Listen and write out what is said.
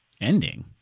Ending